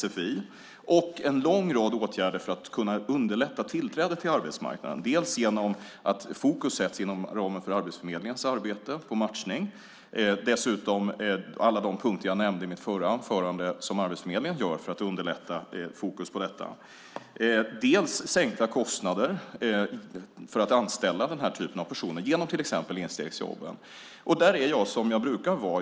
Det handlar också om en lång rad åtgärder för att underlätta tillträdet till arbetsmarknaden dels genom att fokus inom ramen för Arbetsförmedlingens arbete sätts på matchning, och dessutom alla de punkter som jag nämnde i mitt förra anförande som Arbetsförmedlingen har för att underlätta fokus på detta, dels sänkta kostnader för att anställa den här typen av personer genom till exempel instegsjobben. Där är jag som jag brukar vara.